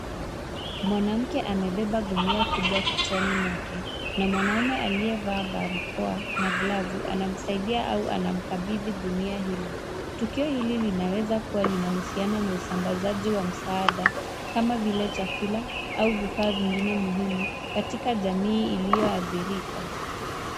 Mwanamke amebeba guni akubwa kichwani mwake na mwanaume aliyevaa barakoa na glavu anamsaidia au anamkabidhi guni hilo. Tukio hili linaweza kuwa linahusiana na usambazaji wa msaada kama vile chakula au vifaa vingine muhimu katika jamii iliyoadhirika.